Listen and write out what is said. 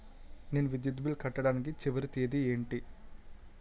నేను విద్యుత్ బిల్లు కట్టడానికి చివరి తేదీ ఏంటి?